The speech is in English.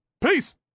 Peace